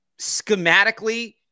schematically